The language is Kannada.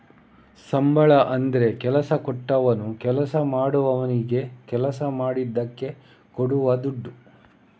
ಸಂಬಳ ಅಂದ್ರೆ ಕೆಲಸ ಕೊಟ್ಟವನು ಕೆಲಸ ಮಾಡುವವನಿಗೆ ಕೆಲಸ ಮಾಡಿದ್ದಕ್ಕೆ ಕೊಡುವ ದುಡ್ಡು